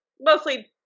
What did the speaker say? mostly